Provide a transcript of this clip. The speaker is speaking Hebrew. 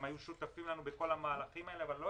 הם היו שותפים לנו בכל המהלכים האלה אבל לא